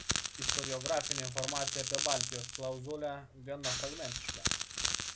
istoriografinė informacija apie baltijos klauzulę gana fragmentiška